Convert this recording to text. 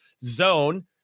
zone